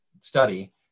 study